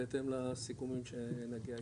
בהתאם לסיכומים שנגיע איתם.